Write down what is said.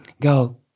go